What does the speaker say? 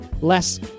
Less